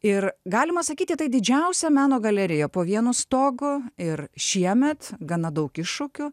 ir galima sakyti tai didžiausia meno galerija po vienu stogu ir šiemet gana daug iššūkių